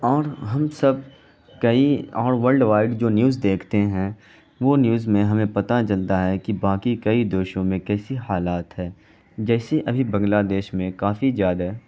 اور ہم سب کئی اور ولڈ وائڈ جو نیوز دیکھتے ہیں وہ نیوز میں ہمیں پتا چلتا ہے کہ باقی کئی دیسوں میں کیسی حالات ہے جیسے ابھی بنگلہ دیش میں کافی زیادہ